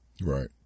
Right